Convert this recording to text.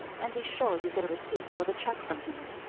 and be sure you get a receipt for the check from him.